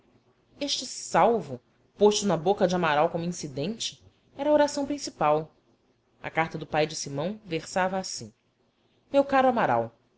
este salvo posto na boca de amaral como incidente era a oração principal a carta do pai de simão versava assim meu caro amaral